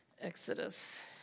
Exodus